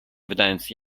wydając